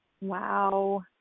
Wow